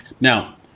Now